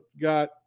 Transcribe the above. got